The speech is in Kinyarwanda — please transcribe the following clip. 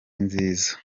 ninziza